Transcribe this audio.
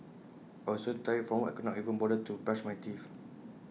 I was so tired from work I could not even bother to brush my teeth